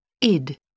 Id